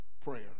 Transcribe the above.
prayer